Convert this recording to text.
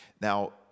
Now